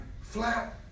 flat